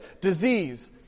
Disease